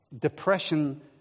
depression